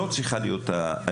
בוסו, זה צריך להיות העניין.